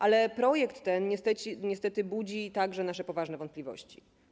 Ale projekt ten niestety budzi także nasze poważne wątpliwości.